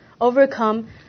overcome